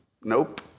nope